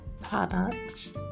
products